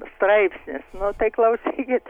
straipsnis nu tai klausykit